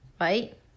right